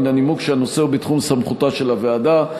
ומן הנימוק שהנושא הוא בתחום סמכותה של הוועדה.